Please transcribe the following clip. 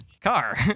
car